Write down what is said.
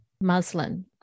muslin